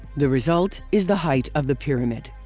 the result is the height of the pyramid.